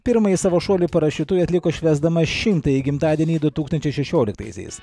pirmąjį savo šuolį parašiutu ji atliko švęsdama šimtąjį gimtadienį du tūkstančiai šešioliktaisiais